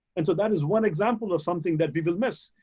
and so that is one example of something that we will miss.